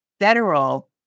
federal